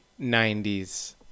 90s